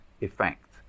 effect